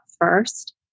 first